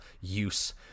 use